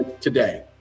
today